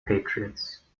patriots